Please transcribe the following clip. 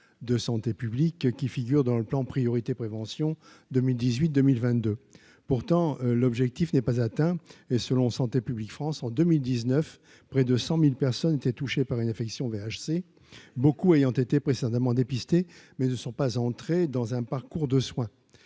de santé publique qui figurent dans le plan Priorité prévention 2018, 2022 pourtant, l'objectif n'est pas atteint et selon Santé publique France en 2019 près de 100000 personnes étaient touchées par une infection VHC, beaucoup ayant été précédemment dépister mais ne sont pas entrer dans un parcours de soins,